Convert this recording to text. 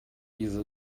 diese